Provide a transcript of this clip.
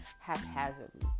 haphazardly